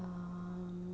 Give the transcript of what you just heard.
um